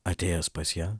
atėjęs pas ją